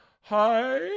hi